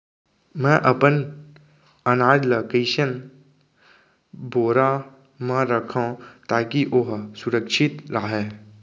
मैं अपन अनाज ला कइसन बोरा म रखव ताकी ओहा सुरक्षित राहय?